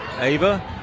Ava